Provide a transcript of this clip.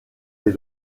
les